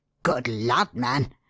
good lud, man!